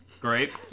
great